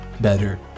better